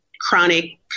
chronic